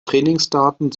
trainingsdaten